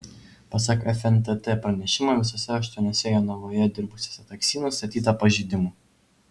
pasak fntt pranešimo visuose aštuoniuose jonavoje dirbusiuose taksi nustatyta pažeidimų